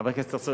חבר הכנסת צרצור,